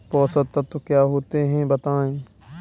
पोषक तत्व क्या होते हैं बताएँ?